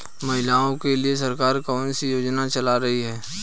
महिलाओं के लिए सरकार कौन सी योजनाएं चला रही है?